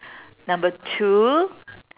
number two